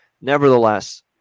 Nevertheless